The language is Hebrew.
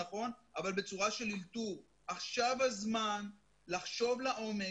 עכשיו הזמן לחשוב לעומק,